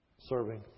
Serving